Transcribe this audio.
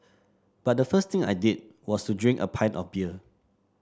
but the first thing I did was to drink a pint of beer